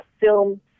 film